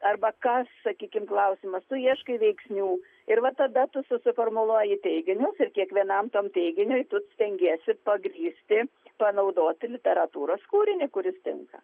arba kas sakykim klausimas tu ieškai veiksnių ir va tada tu susiformuluoji teiginius ir kiekvienam tam teiginiui tu stengiesi pagrįsti panaudoti literatūros kūrinį kuris tinka